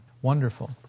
Wonderful